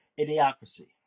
Idiocracy